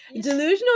delusional